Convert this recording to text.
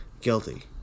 Guilty